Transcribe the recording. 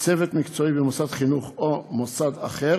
צוות מקצועי במוסד חינוך או מוסד אחר